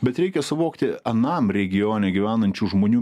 bet reikia suvokti anam regione gyvenančių žmonių